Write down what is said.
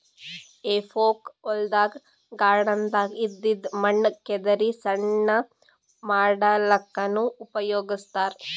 ಹೆಫೋಕ್ ಹೊಲ್ದಾಗ್ ಗಾರ್ಡನ್ದಾಗ್ ಇದ್ದಿದ್ ಮಣ್ಣ್ ಕೆದರಿ ಸಡ್ಲ ಮಾಡಲ್ಲಕ್ಕನೂ ಉಪಯೊಗಸ್ತಾರ್